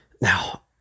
now